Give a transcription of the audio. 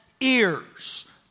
ears